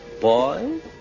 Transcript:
boy